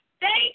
Thank